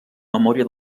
memòria